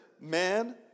man